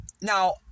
now